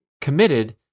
committed